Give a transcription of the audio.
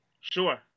Sure